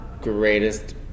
greatest